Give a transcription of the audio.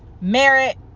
merit